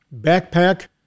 backpack